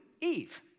Eve